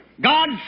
God